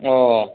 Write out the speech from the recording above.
ও